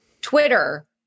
Twitter